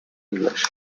english